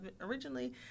originally